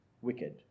wicked